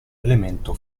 elemento